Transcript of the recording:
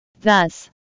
Thus